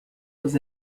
was